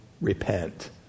repent